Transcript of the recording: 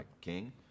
king